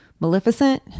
Maleficent